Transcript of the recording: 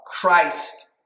Christ